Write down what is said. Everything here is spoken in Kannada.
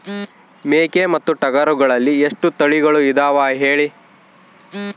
ಮೇಕೆ ಮತ್ತು ಟಗರುಗಳಲ್ಲಿ ಎಷ್ಟು ತಳಿಗಳು ಇದಾವ ಹೇಳಿ?